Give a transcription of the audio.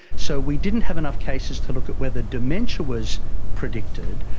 so we didn't have enough cases to look at whether dementia was predicted,